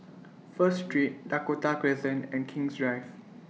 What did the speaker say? First Street Dakota Crescent and King's Drive